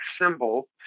symbol